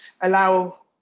allow